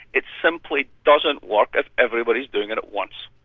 it simply doesn't work if everybody's doing it at once.